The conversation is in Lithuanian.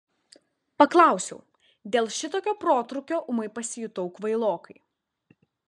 paklausiau dėl šitokio protrūkio ūmai pasijutau kvailokai